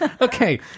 Okay